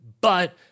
but-